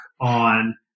on